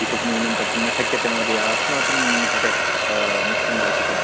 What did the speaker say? इतोपि न्यूनं कर्तुं न शक्यते महोदय अस्माकं कृते नष्टं भवति त्द्